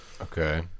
okay